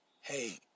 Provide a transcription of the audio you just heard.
hey